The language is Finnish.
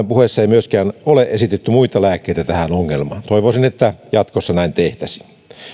puheissa ei myöskään ole esitetty muita lääkkeitä tähän ongelmaan toivoisin että jatkossa näin tehtäisiin